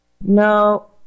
No